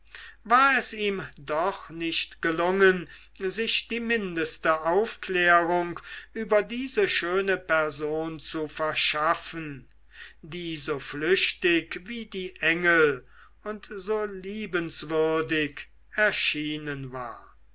war es ihm doch nicht gelungen sich die mindeste aufklärung über diese schöne person zu verschaffen die so flüchtig wie die engel und so liebenswürdig erschienen war